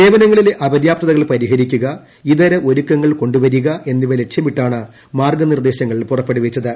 സേവനങ്ങളിലെ അപര്യാപ്തതകൾ പരിഹരിക്കുക ഇതര ഒരുക്കങ്ങൾ കൊണ്ടുവരിക എന്നിവ ലക്ഷ്യമിട്ടാണ് മാർഗ്ഗനിർദ്ദേശങ്ങൾ പുറപ്പെടുവിച്ചത്